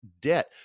debt